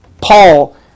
Paul